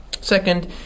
Second